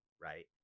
right